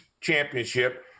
championship